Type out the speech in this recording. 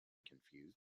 confused